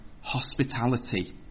hospitality